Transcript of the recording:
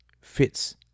fits